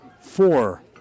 four